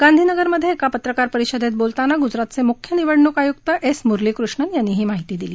गांधीनगरमध्ये एका पत्रकारपरिषदेत बोलताना ग्जरातचे म्ख्य निवडणूक आयुक्त एस मुरलीकृष्णन यांनी ही माहिती दिली